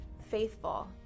faithful